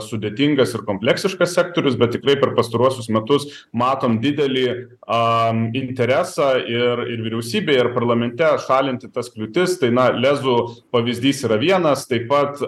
sudėtingas ir kompleksiškas sektorius bet tikrai per pastaruosius metus matom didelį am interesą ir ir vyriausybei ir parlamente šalinti tas kliūtis tai na lezų pavyzdys yra vienas taip pat